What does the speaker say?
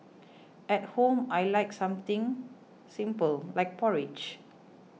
at home I like something simple like porridge